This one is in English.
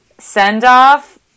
send-off